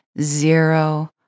zero